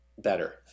better